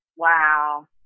Wow